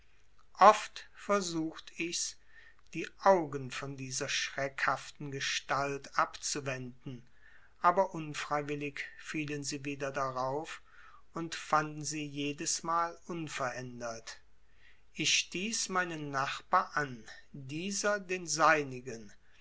oft versucht ichs die augen von dieser schreckhaften gestalt abzuwenden aber unfreiwillig fielen sie wieder darauf und fanden sie jedesmal unverändert ich stieß meinen nachbar an dieser den seinigen